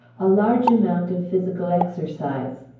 a large amount of physical exercise.